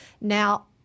Now